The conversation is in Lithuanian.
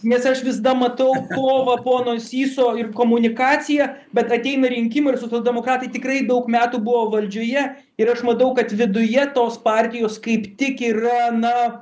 nes aš visada matau povą pono syso ir komunikaciją bet ateina rinkimai ir socialdemokratai tikrai daug metų buvo valdžioje ir aš matau kad viduje tos partijos kaip tik yra na